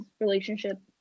relationship